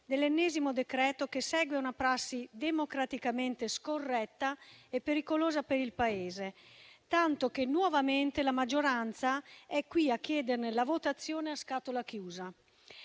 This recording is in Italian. dell'ennesimo decreto-legge che segue una prassi democraticamente scorretta e pericolosa per il Paese, tanto che nuovamente la maggioranza è qui a chiederne la votazione a scatola chiusa.